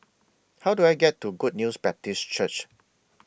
How Do I get to Good News Baptist Church